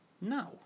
No